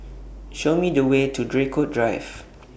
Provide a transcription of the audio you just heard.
Show Me The Way to Draycott Drive